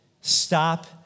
stop